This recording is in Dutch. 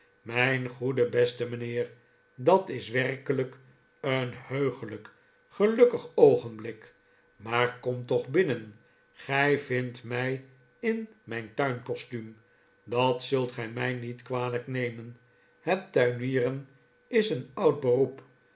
mijn oogen gelooven mijn'goede beste mijnheer dat is werkelijk een heuglijkj gelukkig oogenblik maar kom toch binnen gij vindt mij in mijn tuincostuum dat zult gij mij niet kwalijk nemen het tuinieren is een oud beroep